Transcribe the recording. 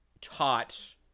taught